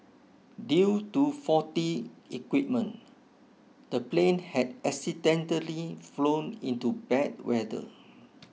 due to faulty equipment the plane had accidentally flown into bad weather